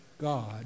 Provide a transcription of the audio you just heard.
God